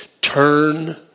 Turn